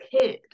kid